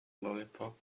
lollipop